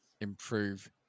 improve